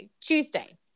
Tuesday